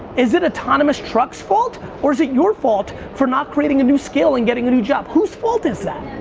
is it autonomous truck's fault or is it your fault for not creating a new skill and getting a new job? whose fault is that?